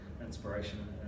inspiration